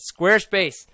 squarespace